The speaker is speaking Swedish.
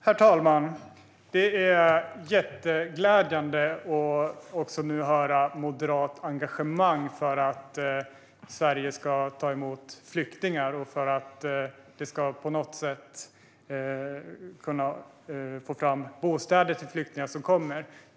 Herr talman! Det är mycket glädjande att nu höra ett moderat engagemang för att Sverige ska ta emot flyktingar och för att man ska kunna få fram bostäder till flyktingar som kommer.